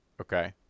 Okay